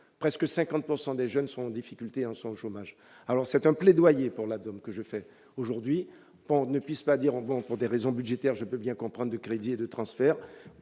presque 50 pourcent des jeunes sont difficulté en sont au chômage, alors c'est un plaidoyer pour la donne que je fais aujourd'hui, on ne puisse pas dire en vente pour des raisons budgétaires, je peux bien comprendre de crédit et de transfert,